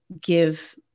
give